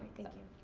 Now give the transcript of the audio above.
thank you.